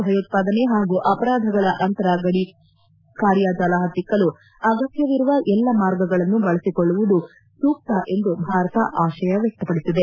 ಭಯೋತ್ಪಾದನೆ ಹಾಗೂ ಅಪರಾಧಗಳ ಅಂತರ ಗಡಿ ಕಾರ್ಯಾಜಾಲ ಹತ್ತಿಕಲು ಅಗತ್ತವಿರುವ ಎಲ್ಲ ಮಾರ್ಗಗಳನ್ನು ಬಳಸಿಕೊಳ್ಳುವುದು ಸೂಕ್ತ ಎಂದು ಭಾರತ ಆಶಯ ವ್ಯಕ್ತಪಡಿಸಿದೆ